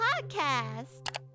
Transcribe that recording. podcast